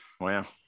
Wow